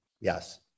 Yes